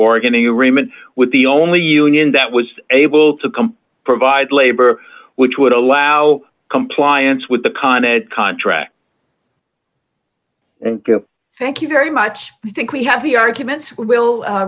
bargaining agreement with the only union that was able to compete provide labor which would allow compliance with the con ed contract and thank you very much i think we have the arguments will